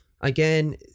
again